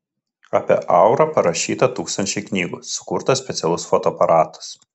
apie aurą parašyta tūkstančiai knygų sukurtas specialus fotoaparatas